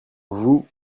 vous